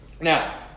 Now